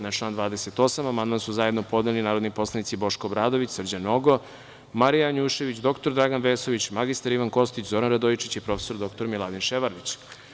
Na član 28. amandman su zajedno podneli narodni poslanici Boško Obradović, Srđan Nogo, Marija Janjušević, dr Dragan Vesović, mr Ivan Kostić, Zoran Radojičić i prof. dr Miladin Ševarlić.